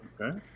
okay